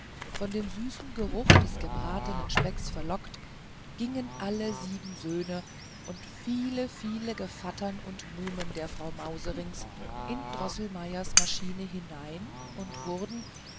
von dem süßen geruch des gebratenen specks verlockt gingen alle sieben söhne und viele viele gevattern und muhmen der frau mauserinks in droßelmeiers maschinen hinein und wurden